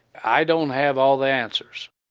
i don't have all the answers.